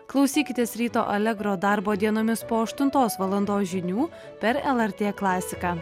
klausykitės ryto allegro darbo dienomis po aštuntos valandos žinių per lrt klasiką